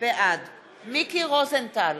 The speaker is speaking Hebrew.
בעד מיקי רוזנטל,